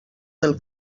del